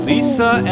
Lisa